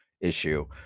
issue